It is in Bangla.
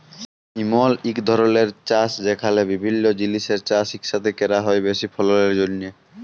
ইমল ইক ধরলের চাষ যেখালে বিভিল্য জিলিসের চাষ ইকসাথে ক্যরা হ্যয় বেশি ফললের জ্যনহে